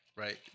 Right